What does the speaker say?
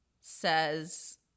says